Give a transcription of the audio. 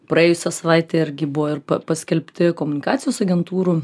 praėjusią savaitę irgi buvo paskelbti komunikacijos agentūrų